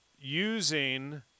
using